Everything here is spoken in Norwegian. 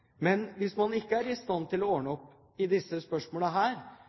Hvis man ikke er i stand til å ordne opp i disse